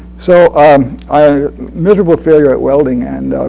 so um i miserable failure at welding. and